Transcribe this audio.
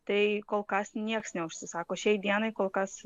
tai kol kas nieks neužsisako šiai dienai kol kas